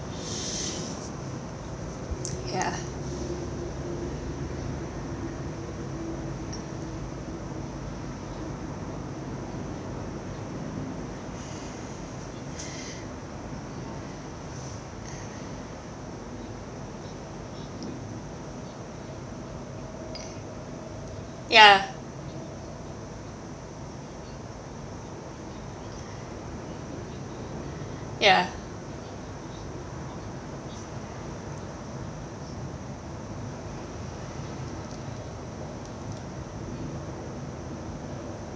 ya ya